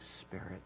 Spirit